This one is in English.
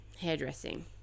Hairdressing